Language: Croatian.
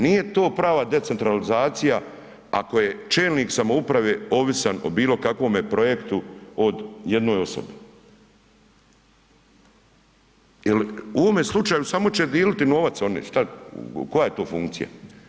Nije to prava decentralizacija ako je čelnik samouprave ovisan o bilokakvome projektu o jednoj osobi jer u ovome slučaju samo će dijeliti novac oni, koja je to funkcija?